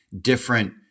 different